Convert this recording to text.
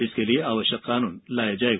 इसके लिए आवश्यक कानून लाया जाएगा